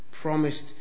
promised